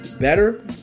better